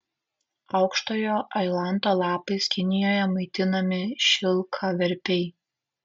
aukštojo ailanto lapais kinijoje maitinami šilkaverpiai